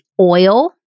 oil